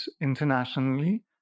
internationally